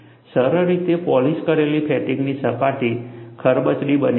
સરળ રીતે પોલિશ કરેલી ફેટિગની સપાટી ખરબચડી બની જશે